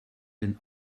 den